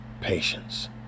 patience